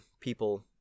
people